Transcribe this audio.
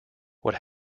what